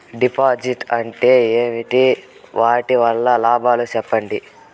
డిపాజిట్లు అంటే ఏమి? వాటి వల్ల లాభాలు సెప్పండి?